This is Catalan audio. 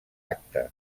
acte